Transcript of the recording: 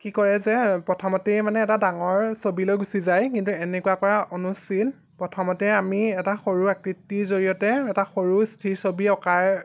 কি কৰে যে প্ৰথমতেই মানে এটা ডাঙৰ ছবিলৈ গুচি যায় কিন্তু এনেকুৱা কৰা অনুচিত প্ৰথমতে আমি এটা সৰু আকৃতিৰ জৰিয়তে এটা সৰু স্থিৰ ছবি অঁকাৰ